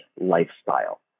lifestyle